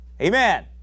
Amen